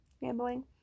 gambling